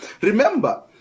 Remember